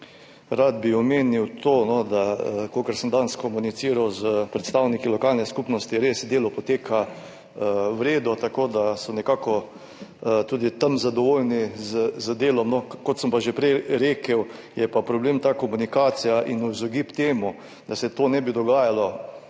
Rad bi omenil to, da kolikor sem danes komuniciral s predstavniki lokalne skupnosti, delo res poteka v redu, tako da so nekako tudi tam zadovoljni z delom. Kot sem pa že prej rekel, je pa problem ta komunikacija in v izogib temu, da se to in podobne